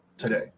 today